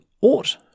ought